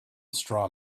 straw